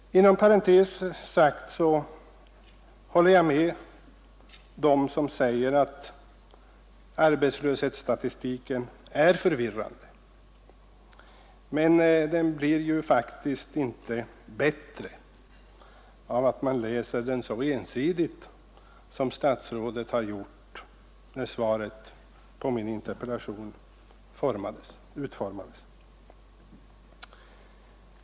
Inom parentes sagt håller jag med dem som säger att arbetslöshetsstatistiken är förvirrande. Men den blir ju faktiskt inte bättre av att man läser den så ensidigt som statsrådet har gjort, när svaret på min interpellation utformades.